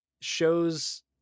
shows